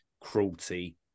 Cruelty